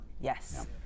Yes